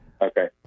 Okay